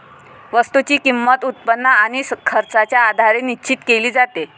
वस्तूची किंमत, उत्पन्न आणि खर्चाच्या आधारे निश्चित केली जाते